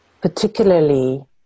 particularly